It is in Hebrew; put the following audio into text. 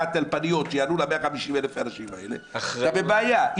טלפניות שיענו ל-150,000 אנשים אתה בבעיה.